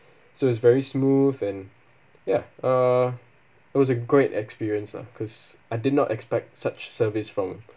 so is very smooth and ya uh it was a great experience lah cause I did not expect such service from